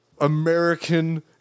American